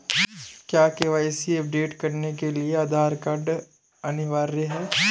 क्या KYC update करने के लिए आधार कार्ड अनिवार्य है?